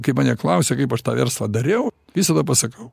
kaip mane klausia kaip aš tą verslą dariau visada pasakau